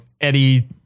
eddie